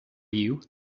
you